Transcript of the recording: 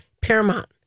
Paramount